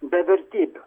be vertybių